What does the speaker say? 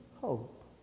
hope